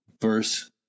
verse